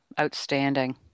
Outstanding